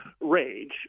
rage